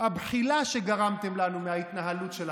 הבחילה שגרמתם לנו מההתנהלות שלכם,